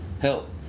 help